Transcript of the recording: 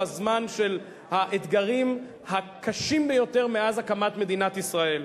בזמן של האתגרים הקשים ביותר מאז הקמת מדינת ישראל,